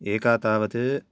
एका तावत्